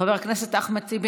חבר הכנסת אחמד טיבי,